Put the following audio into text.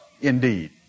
Indeed